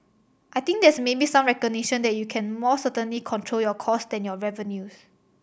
I think there's maybe some recognition that you can more certainly control your costs than your revenues